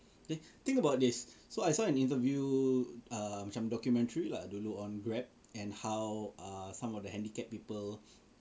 then think about this so I saw an interview err macam documentary lah don't know on Grab and how err some of the handicap people